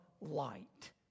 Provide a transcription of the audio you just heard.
light